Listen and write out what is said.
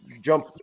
jump